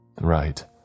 Right